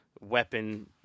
weapon